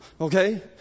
okay